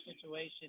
situation